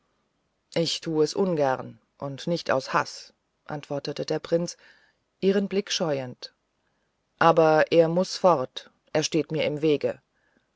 ich tu es ungern und nicht aus haß antwortete der prinz ihren blick scheuend aber er muß fort er steht mir im wege